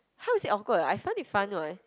how is it awkward I find it fun [what]